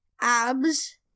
Abs